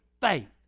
faith